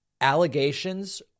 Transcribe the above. allegations